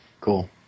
Cool